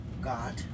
God